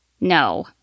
No